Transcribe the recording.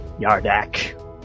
Yardak